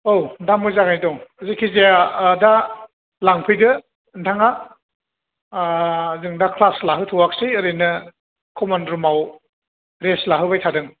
औ दा मोजाङै दं जेखिजाया दा लांफैदो नोंथाङा जों दा क्लास लाहोथ'वाखिसै ओरैनो कमन रुमाव रेस्ट लाहोबाय थादों